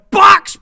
box